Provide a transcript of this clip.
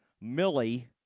Millie